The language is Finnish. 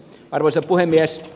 arvoisa puhemies